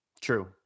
True